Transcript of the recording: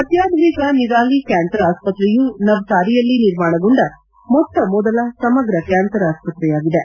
ಅತ್ಯಾಧುನಿಕ ನಿರಾಲಿ ಕ್ಯಾನ್ಸರ್ ಆಸ್ಪತ್ರೆಯು ನವ್ಲಾರಿಯಲ್ಲಿ ನಿರ್ಮಾಣಗೊಂಡ ಮೊತ್ತ ಮೊದಲ ಸಮಗ್ರ ಕ್ನಾನ್ಸರ್ ಆಸ್ತ್ರೆಯಾಗಿದೆ